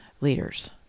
leaders